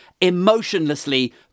emotionlessly